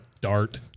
dart